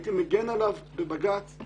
הייתי מגן עליו בבג"ץ,